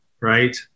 right